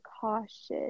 cautious